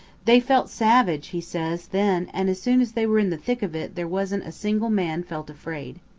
they felt savage, he says, then, and as soon as they were in the thick of it, there wasn't a single man felt afraid.